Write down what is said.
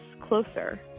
closer